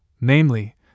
namely